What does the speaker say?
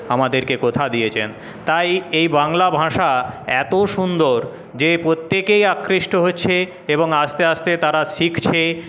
আমাদেরকে কথা দিয়েছেন তাই এই বাংলা ভাষা এত সুন্দর যে প্রত্যেকেই আকৃষ্ট হচ্ছে এবং আস্তে আস্তে তারা শিখছে